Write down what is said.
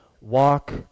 walk